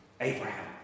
Abraham